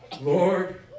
Lord